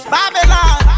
Babylon